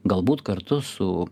galbūt kartu su